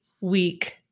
week